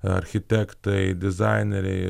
architektai dizaineriai